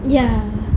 ya